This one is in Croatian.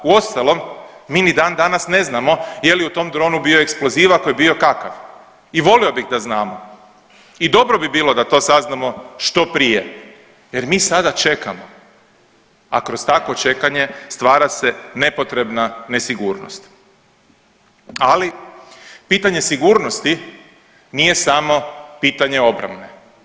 Uostalom mi ni dan danas ne znamo je li u tom dronu bio eksploziv, ako je bio kakav i volio bih da znamo i dobro bi bilo da to saznamo što prije jer mi sada čekamo, a kroz takvo čekanje stvara se nepotrebna nesigurnost, ali pitanje sigurnosti nije samo pitanje obrane.